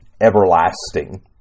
everlasting